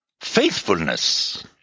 faithfulness